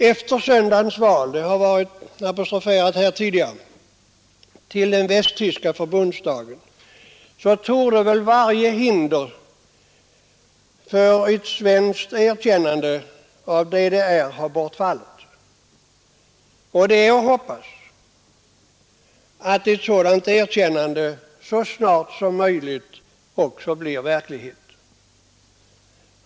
Efter söndagens val det har apostoferats här tidigare till den västtyska förbundsdagen torde varje hinder för ett svenskt erkännande av DDR ha bortfallit. Det är att hoppas att ett sådant erkännande så snart som möjligt blir verklighet.